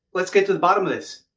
lets get to the bottom of this!